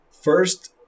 first